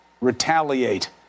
retaliate